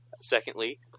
Secondly